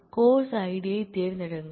course Id யைத் தேர்ந்தெடுங்கள்